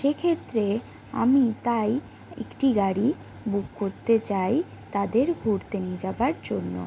সেক্ষেত্রে আমি তাই একটি গাড়ি বুক করতে চাই তাদের ঘুরতে নিয়ে যাওয়ার জন্য